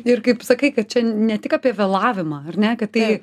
ir kaip sakai kad čia ne tik apie vėlavimą ar ne kad tai